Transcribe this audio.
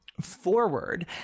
forward